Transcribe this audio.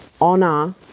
honor